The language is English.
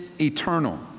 eternal